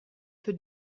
für